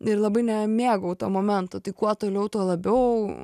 ir labai nemėgau to momento tai kuo toliau tuo labiau